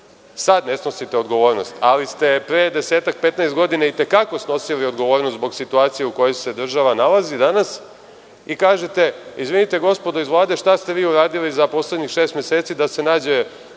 ne snosite odgovornost, sada, ali ste pre desetak, 15 godina i te kako snosili odgovornost zbog situacije u kojoj se država nalazi danas i kažete – izvinite, gospodo iz Vlade, šta ste vi uradili za poslednjih šest meseci da se nađe